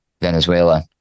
Venezuela